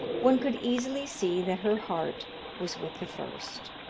one could easily see that her heart was with the first.